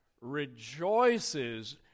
rejoices